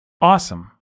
awesome